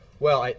well,